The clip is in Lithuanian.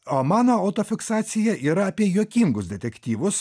o mano autofiksacija yra apie juokingus detektyvus